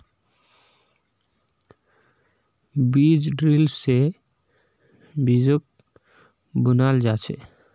बीज ड्रिल से बीजक बुनाल जा छे